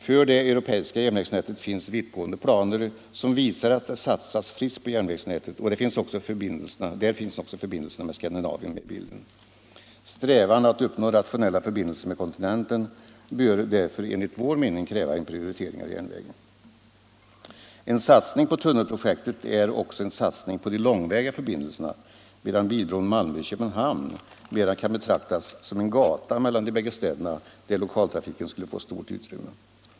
För det europeiska järnvägsnätet finns det vittgående planer som visar att det satsas friskt på järnvägsnätet, och där finns också förbindelserna med Skandinavien med i bilden. Strävan att uppnå rationella förbindelser med kontinenten bör därför enligt vår mening kräva en prioritering av järnvägen. En satsning på tunnelprojektet är också en satsning på de långväga förbindelserna, medan bilbron Malmö-Köpenhamn mera kan betraktas som en gata mellan de bägge städerna, där lokaltrafiken skulle få stort utrymme.